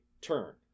turn